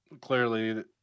clearly